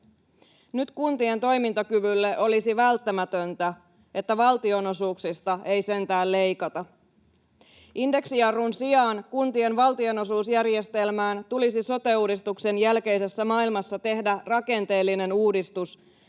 Nyt kuntien toimintakyvylle olisi välttämätöntä, että valtionosuuksista ei sentään leikata. Indeksijarrun sijaan kuntien valtionosuusjärjestelmään tulisi sote-uudistuksen jälkeisessä maailmassa tehdä rakenteellinen uudistus,